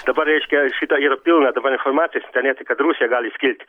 dabar reiškia šita yra pilna dabar informacijos internete kad rusija gali skilti